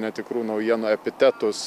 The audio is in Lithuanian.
netikrų naujienų epitetus